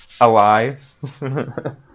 alive